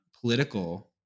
political